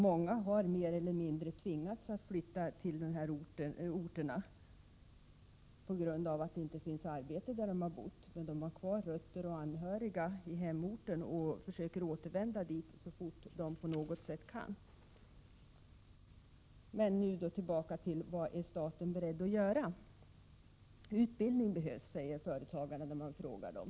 Många har mer eller mindre tvingats att flytta till de här orterna, på grund av att det inte har funnits arbete där de har bott. Men de har kvar rötter och anhöriga i hemorten och försöker 15 återvända dit så fort de på något sätt kan. Så tillbaka till frågan om vad staten är beredd att göra. Utbildning behövs, säger företagarna när man frågar dem.